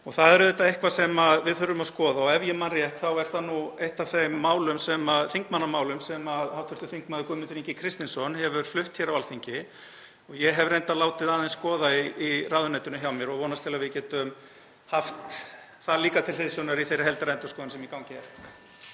Það er auðvitað eitthvað sem við þurfum að skoða. Ef ég man rétt er það nú eitt af þeim þingmannamálum sem hv. þm. Guðmundur Ingi Kristinsson hefur flutt hér á Alþingi og ég hef reyndar látið aðeins skoða í ráðuneytinu hjá mér og vonast til að við getum haft það líka til hliðsjónar í þeirri heildarendurskoðun sem í gangi er.